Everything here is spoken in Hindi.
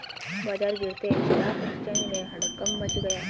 बाजार गिरते ही स्टॉक एक्सचेंज में हड़कंप मच गया